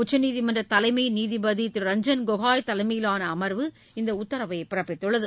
உச்சநீதிமன்ற தலைமை நீதிபதி ரஞ்சள் கோகோய் தலைமையிலான அமர்வு இந்த உத்தரவைப் பிறப்பித்துள்ளது